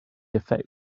affect